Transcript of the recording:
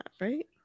right